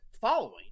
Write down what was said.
following